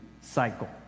cycle